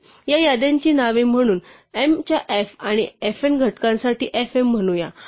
या याद्यांची नावे म्हणून m च्या f आणि fn घटकांसाठी fm म्हणूया